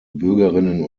bürgerinnen